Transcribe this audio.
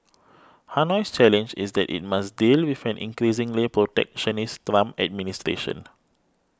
Hanoi's challenge is that it must deal with an increasingly protectionist Trump administration